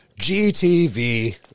GTV